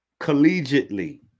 collegiately